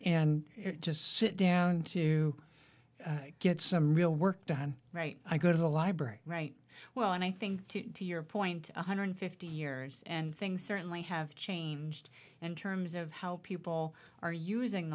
and just sit down to get some real work done right i go to the library right well and i think to your point one hundred fifty years and things certainly have changed in terms of how people are using